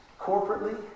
corporately